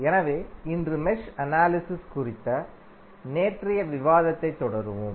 எனவே இன்று mesh analysis குறித்த நேற்றைய விவாதத்தைத் தொடருவோம்